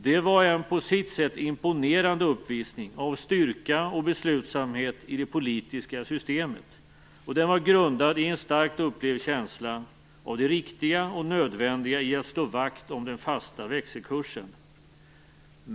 Det var en på sitt sätt imponerande uppvisning av styrka och beslutsamhet i det politiska systemet, och den var grundad i en starkt upplevd känsla av det riktiga och nödvändiga i att slå vakt om den fasta växelkursen.